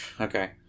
Okay